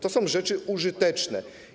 To są rzeczy użyteczne.